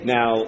Now